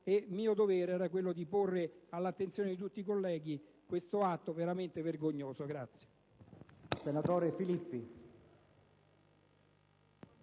e mio dovere era quello di portare all'attenzione di tutti i colleghi questo atto veramente vergognoso.